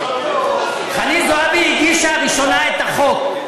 חנין זועבי הגישה ראשונה את החוק,